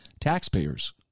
taxpayers